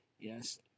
Yes